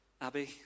abby